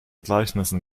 gleichnissen